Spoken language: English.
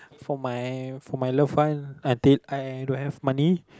for my for my loved one I did I don't have money